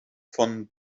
von